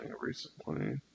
recently